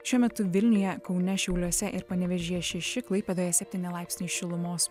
šiuo metu vilniuje kaune šiauliuose ir panevėžyje šeši klaipėdoje septyni laipsniai šilumos